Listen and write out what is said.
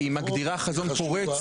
כי היא מגדירה חזון פורץ,